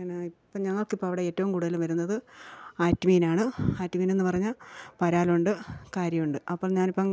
എന്നാൽ ഇപ്പോൾ ഞങ്ങൾക്കിപ്പം അവിടേറ്റവും കൂടുതൽ വരുന്നത് ആറ്റ് മീനാണ് ആറ്റ് മീനെന്ന് പറഞ്ഞാൽ പരാലുണ്ട് കാരിയുണ്ട് അപ്പോൾ ഞാനിപ്പം